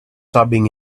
rubbing